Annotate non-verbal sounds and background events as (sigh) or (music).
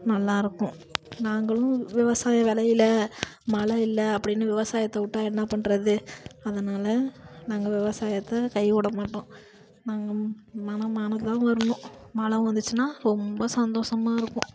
நல்லா இருக்கும் நாங்களும் விவசாயம் விளையில மழ இல்லை அப்படின்னு விவசாயத்தை விட்டா என்ன பண்ணுறது அதனால் நாங்கள் விவசாயத்தை கை விடமாட்டோம் நாங்கள் (unintelligible) மழ மழ தான் வரனும் மழ வந்துச்சுன்னா ரொம்ப சந்தோஸமாக இருக்கும்